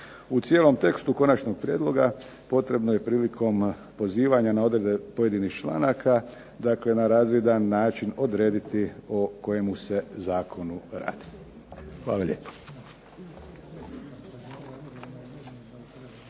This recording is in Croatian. U cijelom tekstu konačnog prijedloga potrebno je prilikom pozivanja na odredbe pojedinih članaka na razvidan način odrediti o kojemu se zakonu radi. Hvala lijepo.